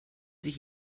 sich